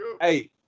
hey